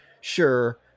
sure